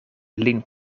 lin